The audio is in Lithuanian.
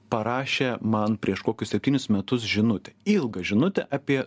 parašė man prieš kokius septynis metus žinutę ilgą žinutę apie